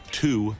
two